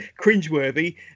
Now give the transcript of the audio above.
cringeworthy